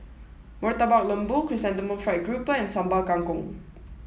Murtabak Lembu Chrysanthemum Fried Grouper and Sambal Kangkong